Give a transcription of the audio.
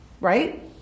Right